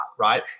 right